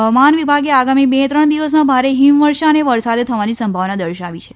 હવામાન વિભાગે આગામી બે ત્રણ દિવસમાં ભારે હિમવર્ષા અને વરસાદ થવાની સંભાવના દર્શાવી છે